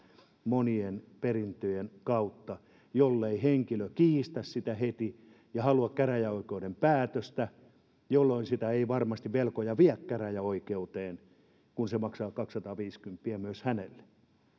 monien perimisten kautta jollei henkilö kiistä sitä heti ja halua käräjäoikeuden päästöstä jolloin sitä ei varmasti velkoja vie käräjäoikeuteen kun se maksaa kaksisataaviisikymppiä myös hänelle